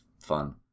fun